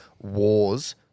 wars